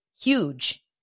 huge